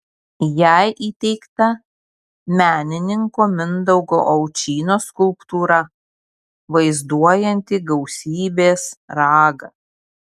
jai įteikta menininko mindaugo aučynos skulptūra vaizduojanti gausybės ragą